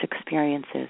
experiences